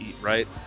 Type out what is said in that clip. Right